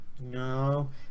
No